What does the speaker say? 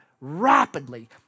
rapidly